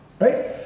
Right